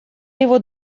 его